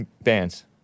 bands